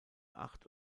acht